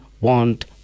want